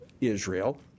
Israel